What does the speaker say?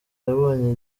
yabonye